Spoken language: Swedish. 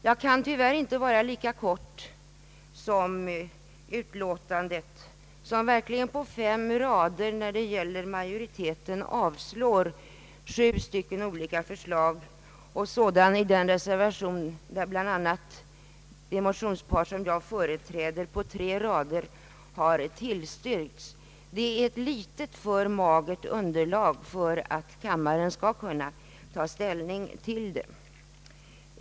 Jag kan tyvärr inte vara lika kortfattad som utskottet, vars majoritet på fem rader avslår sju olika förslag, och jag kan inte heller godta den reservation, som på tre rader har tillstyrkt bl.a. det motionspar som jag företräder. Detta underlag är litet för magert för att kammaren skall kunna ta ställning.